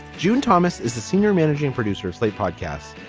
june thomas is the senior managing producer slate podcasts,